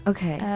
Okay